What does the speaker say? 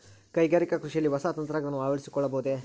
ಕೈಗಾರಿಕಾ ಕೃಷಿಯಲ್ಲಿ ಹೊಸ ತಂತ್ರಜ್ಞಾನವನ್ನ ಅಳವಡಿಸಿಕೊಳ್ಳಬಹುದೇ?